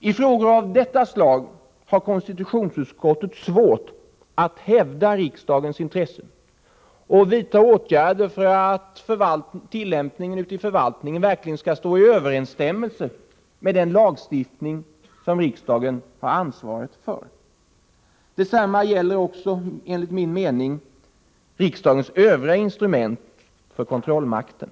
I frågor av detta slag har konstitutionsutskottet svårt att hävda riksdagens intressen och att vidta åtgärder för att tillämpningen ute i förvaltningen verkligen skall stå i överensstämmelse med den lagstiftning som riksdagen har ansvaret för. Detsamma gäller också, enligt min mening, riksdagens övriga instrument för kontrollmakten.